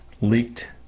leaked